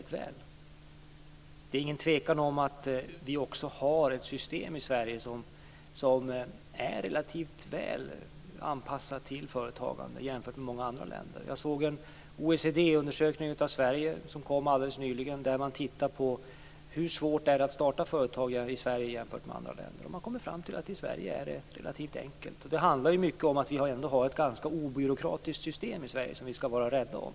Det råder inget tvivel om att vi har ett system i Sverige som är relativt väl anpassat till företagande jämfört med hur det är i många andra länder. I en OECD-undersökning som presenterades alldeles nyligen har man tittat på hur svårt det är att starta företag i Sverige jämfört med andra länder. Man kom fram till att det är relativt enkelt i Sverige. Det handlar mycket om att vi har en ganska obyråkratiskt system som vi skall vara rädda om.